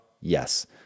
Yes